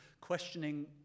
questioning